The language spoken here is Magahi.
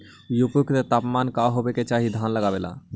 उपयुक्त तापमान का होबे के चाही धान लगावे ला?